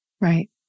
Right